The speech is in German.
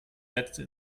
letzte